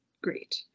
great